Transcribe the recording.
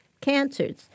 cancers